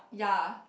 ya